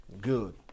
good